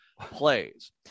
plays